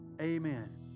amen